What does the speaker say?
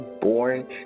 born